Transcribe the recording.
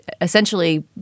essentially